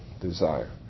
desire